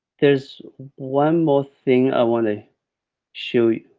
there's one more thing i wanna show you,